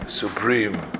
supreme